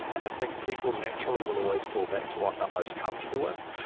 i think people naturally will always fallback to what they're most comfortable with.